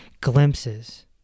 glimpses